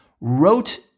wrote